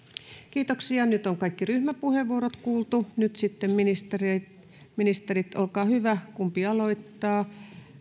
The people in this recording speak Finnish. kiitoksia nyt on kaikki ryhmäpuheenvuorot kuultu nyt sitten ministerit olkaa hyvä kumpi aloittaa